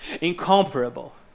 incomparable